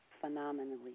phenomenally